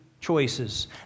choices